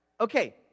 Okay